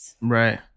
Right